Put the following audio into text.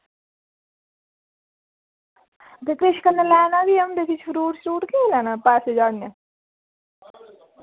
ते कन्नै किश लैना बी होंदा फ्रूट जां किश लैना बी होंदा ई